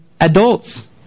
adults